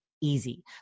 easy